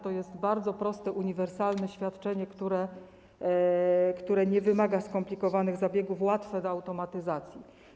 To jest bardzo proste, uniwersalne świadczenie, które nie wymaga skomplikowanych zabiegów, łatwe do automatyzacji.